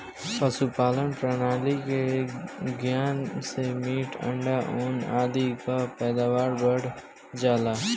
पशुपालन प्रणाली के ज्ञान से मीट, अंडा, ऊन आदि कअ पैदावार बढ़ जाला